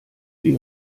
die